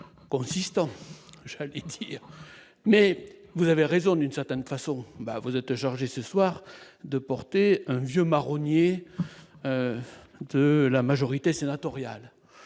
consistant lui mais vous avez raison, d'une certaine façon, vous êtes chargé ce soir de porter vieux marronnier de la majorité sénatoriale,